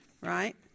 right